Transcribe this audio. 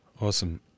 Awesome